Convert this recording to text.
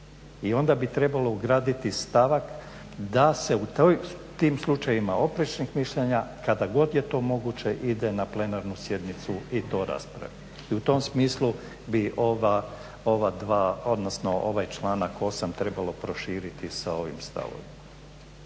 i onda bi trebalo ugraditi stavak da se u tim slučajevima oprečnih mišljenja kada god je to moguće ide na plenarnu sjednicu i to raspravi. I u tom smislu bi ovaj članak 8. trebalo proširiti sa ovim stavovima.